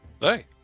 Hey